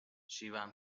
شیون